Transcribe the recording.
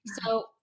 so-